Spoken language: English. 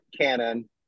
canon